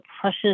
precious